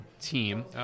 team